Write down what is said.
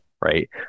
right